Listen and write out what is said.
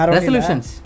Resolutions